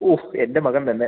ഓ എൻ്റെ മകൻ തന്നെ